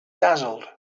dazzled